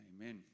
Amen